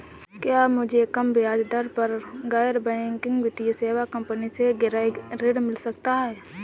क्या मुझे कम ब्याज दर पर गैर बैंकिंग वित्तीय सेवा कंपनी से गृह ऋण मिल सकता है?